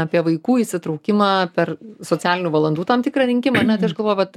apie vaikų įsitraukimą per socialinių valandų tam tikrą rinkimą ane tai aš galvoju vat